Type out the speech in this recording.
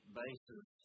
basis